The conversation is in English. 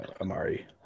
Amari